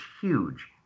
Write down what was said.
huge